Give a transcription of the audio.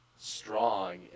strong